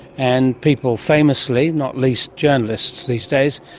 and people famously, not least journalists these days,